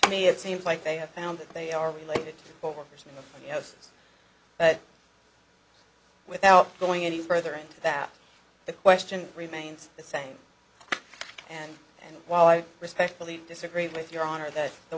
to me it seems like they have found that they are powers yes but without going any further into that the question remains the same and while i respectfully disagree with your honor that the